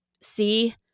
see